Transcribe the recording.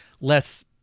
less